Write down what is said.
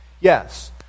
Yes